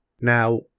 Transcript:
Now